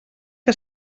que